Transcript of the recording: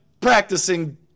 practicing